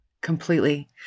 completely